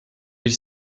ils